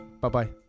bye-bye